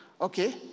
okay